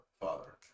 father